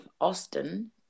Austin